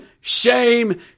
shame